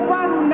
one